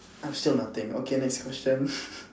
I'm still nothing okay next question